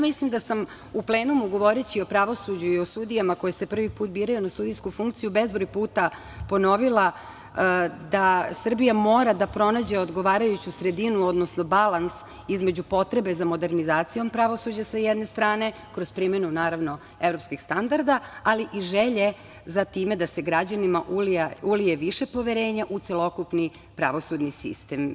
Mislim da sam u plenumu govoreći o pravosuđu i o sudijama koje se prvi put biraju na sudijsku funkciju bezbroj puta ponovila da Srbija mora da pronađe odgovarajuću sredinu, odnosno balans između potrebe za modernizacijom pravosuđa sa jedne strane kroz primenu evropskih standarda, ali i želje za time da se građanima ulije više poverenja u celokupni pravosudni sistem.